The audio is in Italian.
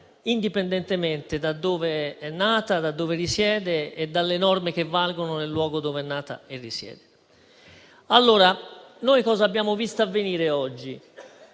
indipendentemente da dove è nata, da dove risiede e dalle norme che valgono nel luogo dove è nata e risiede. Oggi abbiamo visto avvenire il